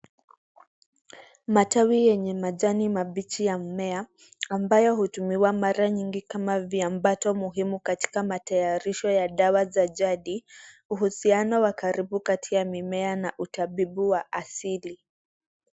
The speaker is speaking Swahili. Matawi yenye majani mabichi ya mmea, ambayo hutumiwa mara nyingi kama viambato muhimu katika matayarisho ya dawa za jadi, uhusiano wa karibu kati ya mimea na utabibu wa asili.